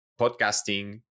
podcasting